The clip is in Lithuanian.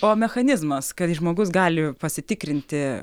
o mechanizmas kad žmogus gali pasitikrinti